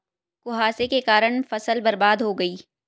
कुहासे के कारण फसल बर्बाद हो गयी